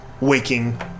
waking